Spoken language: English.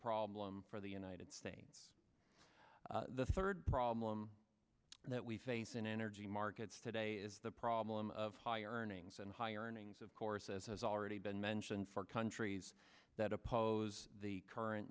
problem for the united states the third problem that we face in energy markets today is the problem of high earning and higher earnings of course as has already been mentioned for countries that oppose the current